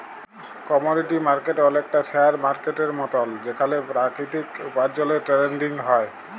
commodity market অলেকটা share মার্কেটের মতল যেখালে পেরাকিতিক উপার্জলের টেরেডিং হ্যয়